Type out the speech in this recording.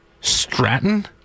Stratton